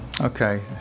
Okay